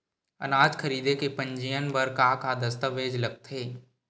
अनाज खरीदे के पंजीयन बर का का दस्तावेज लगथे?